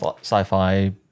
sci-fi